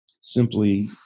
simply